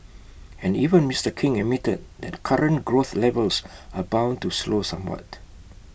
and even Mister king admitted that current growth levels are bound to slow somewhat